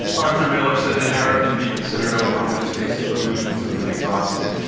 arthur miller said an era can be considered over when its basic illusions have been exhausted.